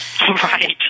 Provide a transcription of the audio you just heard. Right